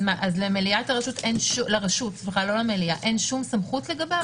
אז לרשות אין שום סמכות לגביהם?